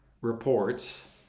reports